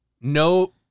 No